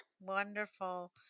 Wonderful